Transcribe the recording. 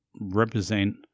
represent